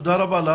תודה רבה.